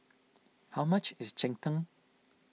how much is Cheng Tng